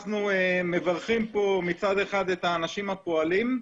אנחנו מברכים פה מצד אחד את האנשים הפועלים,